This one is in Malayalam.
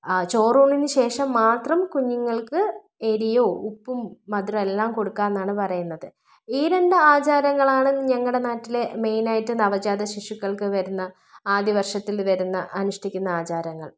ആ ചോറൂണിന് ശേഷം മാത്രം കുഞ്ഞുങ്ങൾക്ക് എരിവോ ഉപ്പും മധുരം എല്ലാം കൊടുക്കാം എന്നാണ് പറയുന്നത് ഈ രണ്ട് ആചാരങ്ങളാണ് ഞങ്ങളുടെ നാട്ടിലെ മെയ്നായിട്ട് നവജാത ശിശുക്കൾക്ക് വരുന്ന ആദ്യ വർഷത്തിൽ വരുന്ന അനുഷ്ഠിക്കുന്ന ആചാരങ്ങൾ